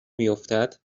بیفتد